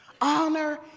honor